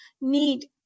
need